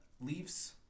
leaves